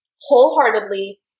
wholeheartedly